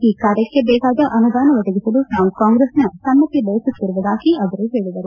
ಈ ಕಾರ್ಯಕ್ಕೆ ಬೇಕಾದ ಅನುದಾನ ಒದಗಿಸಲು ತಾವು ಕಾಂಗ್ರೆಸ್ನತ ಸಮ್ಮತಿ ಬಯಸುತ್ತಿರುವುದಾಗಿ ಅವರು ಹೇಳಿದರು